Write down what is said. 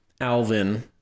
Alvin